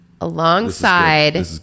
alongside